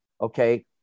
okay